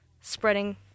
spreading